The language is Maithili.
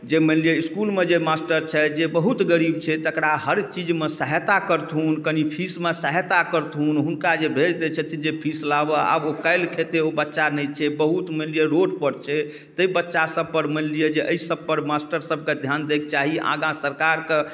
जे मानि लिअऽ इसकुलमे जे मास्टर छथि जे बहुत गरीब छै तकरा हर चीजमे सहायता करथुन कनि फीसमे सहायता करथुन हुनका जे भेज दै छथिन फीस लाबऽ आब ओ काल्हि खेतै ओ बच्चा नहि छै बहुत मानि लिअऽ रोडपर छै ताहि बच्चा सबपर मानि लिअऽ जे एहि सबपर मास्टरसबके धिआन दैके चाही आगाँ सरकारके